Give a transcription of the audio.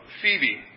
Phoebe